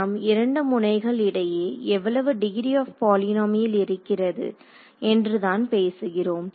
நாம் இரண்டு முனைகள் இடையே எவ்வளவு டிகிரி ஆப் பிரீடம் இருக்கிறது என்று தான் பேசுகிறோம்